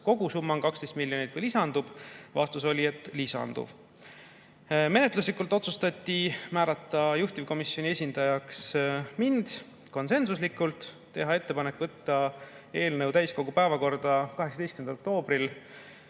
kogusumma on 12 miljonit või lisandub. Vastus oli, et lisandub. Menetluslikult otsustati järgmist: määrata juhtivkomisjoni esindajaks mind, see otsustati konsensuslikult; teha ettepanek võtta eelnõu täiskogu päevakorda 18. oktoobril,